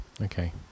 Okay